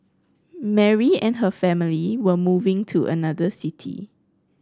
Mary and her family were moving to another city